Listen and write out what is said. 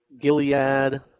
Gilead